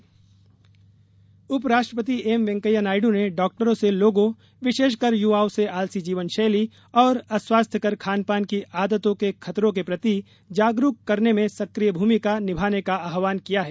doctors day उप राष्ट्रपति M Venkaiah Naidu ने डॉक्टरों से लोगों विशेषकर युवाओं से आलसी जीवन शैली और अस्वास्थ्य कर खान पान की आदतों के खतरों के प्रति जागरुक करने में सक्रिय भूमिका निभाने का आह्वान किया है